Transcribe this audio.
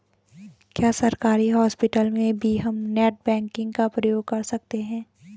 क्या सरकारी हॉस्पिटल में भी हम नेट बैंकिंग का प्रयोग कर सकते हैं?